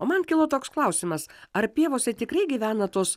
o man kilo toks klausimas ar pievose tikrai gyvena tos